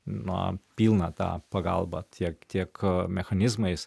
na pilną tą pagalbą tiek tiek mechanizmais